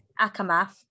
Akamath